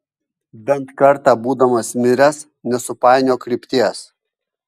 bent kartą būdamas miręs nesupainiok krypties